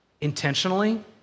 intentionally